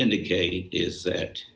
indicate is that